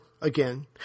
again